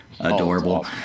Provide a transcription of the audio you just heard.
Adorable